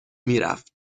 میرفت